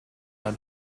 had